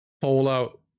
Fallout